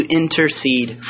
intercede